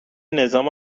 نظام